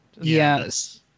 Yes